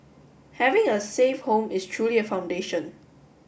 having a safe home is truly a foundation